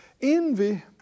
Envy